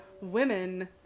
women